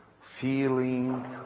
feeling